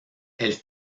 elle